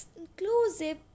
inclusive